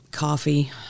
coffee